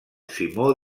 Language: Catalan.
simó